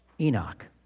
Enoch